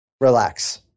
Relax